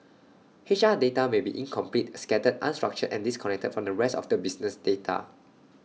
H R data may be incomplete scattered unstructured and disconnected from the rest of the business data